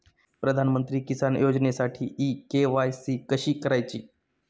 प्रधानमंत्री किसान योजनेसाठी इ के.वाय.सी कशी करायची?